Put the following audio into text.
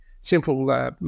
simple